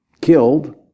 killed